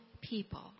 people